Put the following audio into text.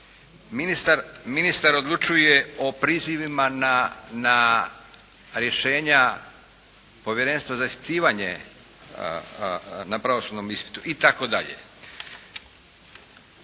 Ministar odlučuje o prizivima na rješenja Povjerenstva za ispitivanje na pravosudnom ispitu itd.